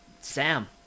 Sam